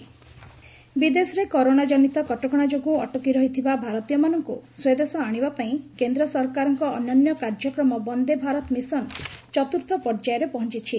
Vande Bharat mission ବିଦେଶରେ corona ଜନିତ କଟକଣା ଯୋଗୁଁ ଅଟକି ରହିଥିବା ଭାରତୀୟମାନଙ୍କୁ ସ୍ୱଦେଶ ଆଣିବା ପାଇଁ କେନ୍ଦ୍ର ସରକାରଙ୍କ ଅନନ୍ୟ କାର୍ଯ୍ୟକ୍ରମ ବନ୍ଦେ ଭାରତ ମିଶନ୍ ଚତୁର୍ଥ ପର୍ଯ୍ୟାୟରେ ପହଞ୍ଚିଛି